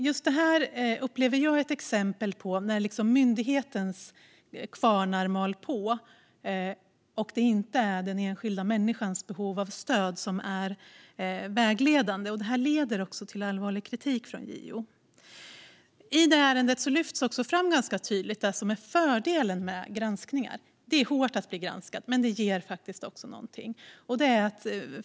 Just det här upplever jag är ett exempel på när myndighetens kvarnar mal på och det inte är den enskilda människans behov av stöd som är vägledande. Det här har lett till allvarlig kritik från JO. I det här ärendet lyfts fördelen med granskningar fram ganska tydligt. Det är hårt att bli granskad, men det ger faktiskt också någonting.